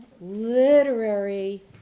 literary